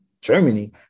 Germany